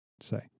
say